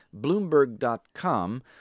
Bloomberg.com